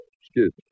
Excuse